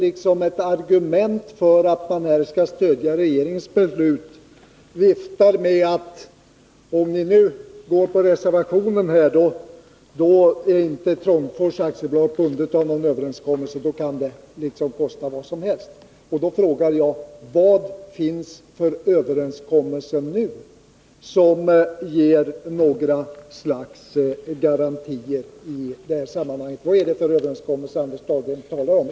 För att vi nu skall stödja regeringens förslag viftar Anders Dahlgren med argumentet, att om vi röstar på reservationen är inte Trångfors AB bundet av en överenskommelse, och det kan kosta vad som helst. Då frågar jag igen: Vad är det för överenskommelse som Anders Dahlgren talar om, som ger några garantier i detta sammanhang?